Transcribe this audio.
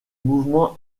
mouvement